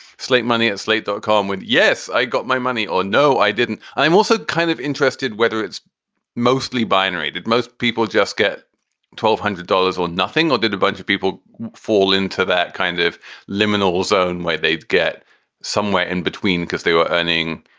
slate money and slate dot com with. yes. i got my money or no i didn't. i'm also kind of interested whether it's mostly binary that most people just get twelve hundred dollars or nothing. or did a bunch of people fall into that kind of liminal zone where they'd get somewhere in between because they were earning.